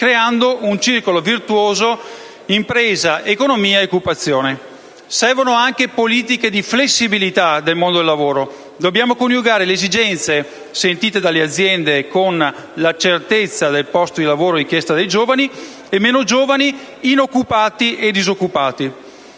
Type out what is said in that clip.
creando un circolo virtuoso impresa-economia-occupazione. Servono anche politiche di flessibilità del mondo del lavoro; dobbiamo coniugare le esigenze sentite dalle aziende con la certezza del posto di lavoro richiesta dai giovani, e dai meno giovani, inoccupati o disoccupati.